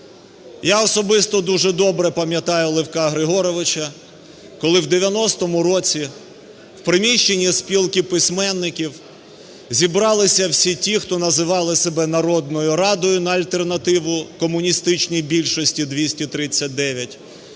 Я особисто дуже добре пам'ятаю Левка Григоровича, коли в 1990 році, в приміщенні Спілки письменників зібралися всі ті, хто називали себе Народною радою на альтернативу комуністичній більшості, 239.